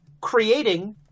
creating